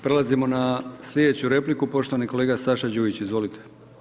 Prelazimo na sljedeću repliku, poštovani kolega Saša Đujić, izvolite.